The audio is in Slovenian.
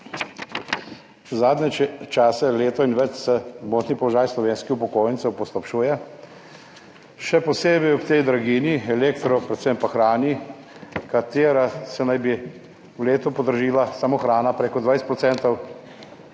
Zadnje čase, leto in več se gmotni položaj slovenskih upokojencev poslabšuje, še posebej ob tej draginji, elektro, predvsem pa hrani, katera se naj bi v letu podražila, samo hrana preko 20